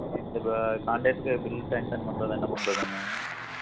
இந்த contract bill sanction பண்ணுறது என்ன பண்ணுறதுங்க